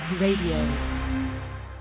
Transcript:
Radio